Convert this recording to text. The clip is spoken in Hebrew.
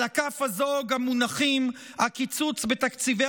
על הכף הזו גם מונחים הקיצוץ בתקציבי